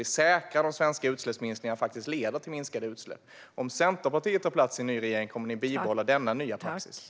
Vi säkrar att svenska utsläppsminskningar faktiskt leder till minskade utsläpp. Jag undrar: Kommer Centerpartiet att bibehålla denna nya praxis om Centerpartiet tar plats i en ny regering?